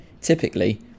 Typically